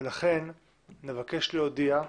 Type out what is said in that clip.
ולכן נבקש להודיע,